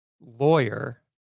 lawyer